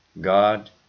God